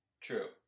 True